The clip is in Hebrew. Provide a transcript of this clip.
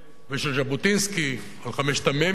ושל ז'בוטינסקי, של חמשת המ"מים,